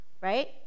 right